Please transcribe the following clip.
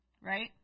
Right